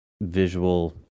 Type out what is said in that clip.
visual